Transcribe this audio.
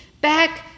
back